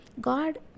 God